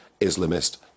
Islamist